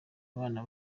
abana